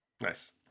nice